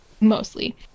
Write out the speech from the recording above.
mostly